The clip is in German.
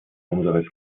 unseres